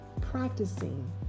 practicing